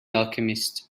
alchemist